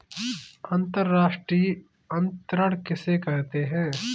अंतर्राष्ट्रीय अंतरण किसे कहते हैं?